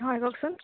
হয় কওকচোন